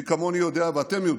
מי כמוני יודע, ואתם יודעים,